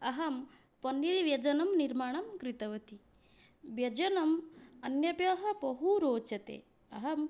अहं पन्नीर् व्यञ्जनं निर्माणं कृतवती व्यञ्जनं अन्येभ्यः बहुरोचते अहं